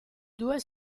due